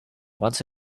once